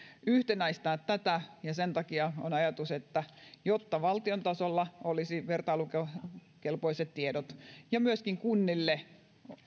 yhtenäistää tätä ja sen takia ajatus on että jotta valtion tasolla olisi vertailukelpoiset tiedot ja myöskin kunnille